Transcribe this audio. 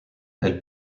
elle